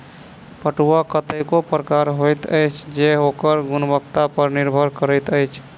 पटुआ कतेको प्रकारक होइत अछि जे ओकर गुणवत्ता पर निर्भर करैत अछि